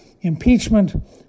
impeachment